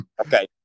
Okay